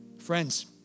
Friends